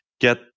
get